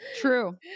True